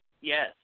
yes